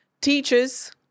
teachers